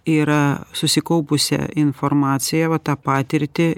yra susikaupusią informaciją va tą patirtį